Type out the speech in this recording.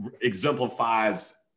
exemplifies